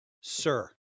sir